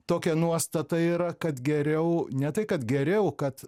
tokia nuostata yra kad geriau ne tai kad geriau kad